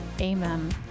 amen